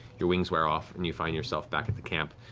your wings wear off, and you find yourself back at the camp,